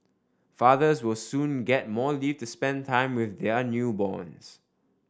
fathers will soon get more leave to spend time with their newborns